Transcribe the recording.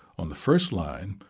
on the first line,